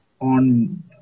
on